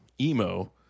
emo